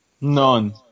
None